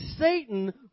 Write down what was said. Satan